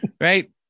right